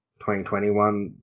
2021